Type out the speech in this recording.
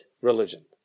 religion